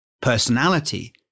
personality